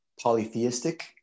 polytheistic